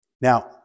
Now